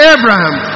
Abraham